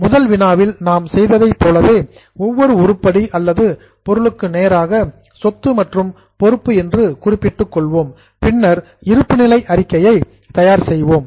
முதல் வினாவில் நாம் செய்ததைப் போல ஒவ்வொரு உருப்படி அல்லது பொருளுக்கு நேராக சொத்து மற்றும் பொறுப்பு என்று குறிப்பிட்டுக் கொள்வோம் பின்னர் இருப்பு நிலை அறிக்கையை தயார் செய்வோம்